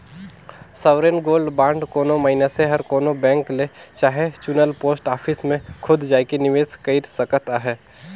sovereign gold bond कोनो मइनसे हर कोनो बेंक ले चहे चुनल पोस्ट ऑफिस में खुद जाएके निवेस कइर सकत अहे